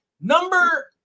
Number